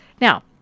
Now